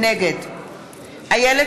נגד איילת